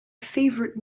favorite